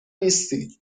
نیستی